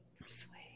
Persuade